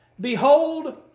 Behold